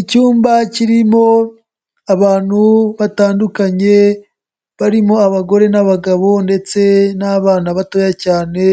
Icyumba kirimo abantu batandukanye barimo abagore n'abagabo ndetse n'abana batoya cyane,